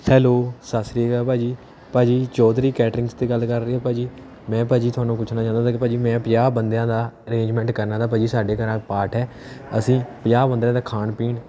hello ਸਤਿ ਸ਼੍ਰੀ ਅਕਾਲ ਭਾਅ ਜੀ ਭਾਅ ਜੀ ਚੌਧਰੀ ਕੈਟਰਿੰਗਸ ਤੋਂ ਗੱਲ ਕਰ ਰਹੇ ਹੋ ਭਾਅ ਜੀ ਮੈਂ ਭਾਅ ਜੀ ਤੁਹਾਨੂੰ ਪੁੱਛਣਾ ਚਾਹੁੰਦਾ ਤਾ ਕਿ ਭਾਅ ਜੀ ਮੈਂ ਪੰਜਾਹ ਬੰਦਿਆਂ ਦਾ ਅਰੇਂਜਮੈਂਟ ਕਰਨਾ ਤਾ ਭਾਅ ਜੀ ਸਾਡੇ ਘਰ ਪਾਠ ਹੈ ਅਸੀਂ ਪੰਜਾਹ ਬੰਦਿਆ ਦਾ ਖਾਣ ਪੀਣ